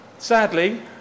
Sadly